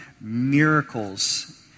miracles